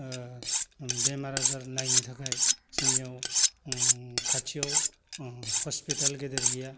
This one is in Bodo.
ओ ओम बेमार आजार नायनो थाखाय जोंनियाव ओम खाथियाव हस्पिटाल गेदेर गैया